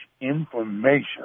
information